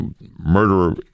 murderer